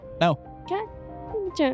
No